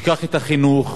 ישכח את החינוך,